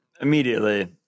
immediately